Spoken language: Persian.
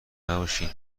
نباشین